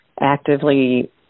actively